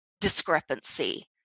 discrepancy